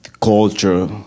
culture